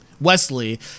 wesley